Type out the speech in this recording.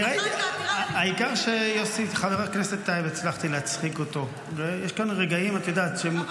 היו"ר משה סולומון: אתה אמור